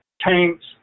Tanks